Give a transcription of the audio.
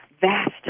vast